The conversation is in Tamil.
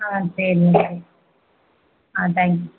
ஆ சரிங்க ஆ தேங்க் யூ